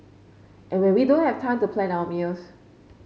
and when we don't have time to plan our meals